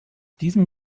diesem